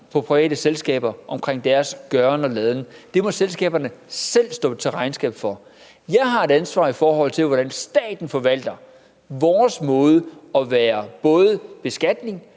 private selskaber om deres gøren og laden. Det må selskaberne selv stå til regnskab for. Jeg har et ansvar for, hvordan staten forvalter sin rolle i både at være den, der beskatter,